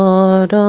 Lord